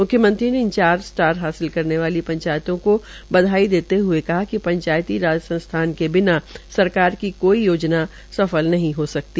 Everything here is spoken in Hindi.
म्ख्यमंत्री ने इन चार स्टार स्तर हासिल करने वाली पंचायतों को बधाई दते हए कहा कि पंचायती राज संस्थान के बिना सरकार की कोई योजना सफल नही हो सकती